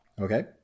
Okay